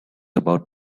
about